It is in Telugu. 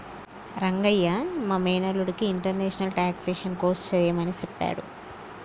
రంగయ్య మా మేనల్లుడికి ఇంటర్నేషనల్ టాక్సేషన్ కోర్స్ సెయ్యమని సెప్పాడు